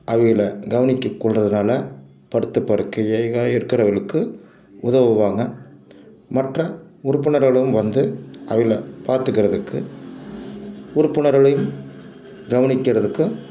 அவகள கவனித்து கொள்கிறதுனால படுத்த படுக்கையாக இருக்கிறவர்களுக்கு உதவுவாங்க மற்ற உறுப்பினர்களும் வந்து அவள பார்த்துக்குறதுக்கு உறுப்பினர்களையும் கவனிக்கிறதுக்கும்